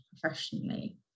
professionally